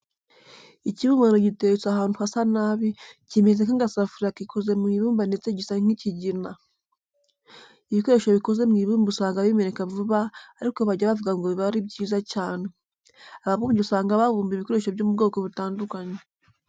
Ikibumbano giteretse ahantu hasa nabi, kimeze nk'agasafuriya gikoze mu ibumba ndetse gisa nk'ikigina. Ibikoresho bikoze mu ibumba usanga bimeneka vuba ariko bajya bavuga ngo biba ari byiza cyane. Ababumbyi usanga babumba ibikoresho byo mu bwoko butandukanye.